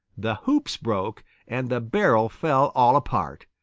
the hoops broke, and the barrel fell all apart.